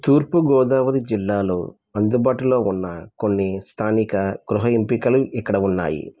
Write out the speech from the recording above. తూర్పుగోదావరి జిల్లాలో అందుబాటులో ఉన్న కొన్ని స్థానిక గృహ ఎంపికలు ఇక్కడ ఉన్నాయి